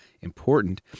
important